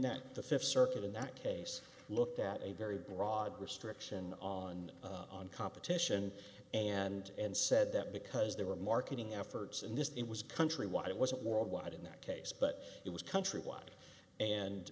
that the fifth circuit in that case looked at a very broad restriction on on competition and and said that because there were marketing efforts in this it was countrywide it wasn't world wide in that case but it was countrywide and